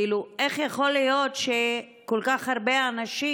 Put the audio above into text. איך יכול להיות שכל כך הרבה אנשים?